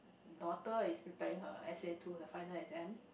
daughter is preparing her S_A two the final exam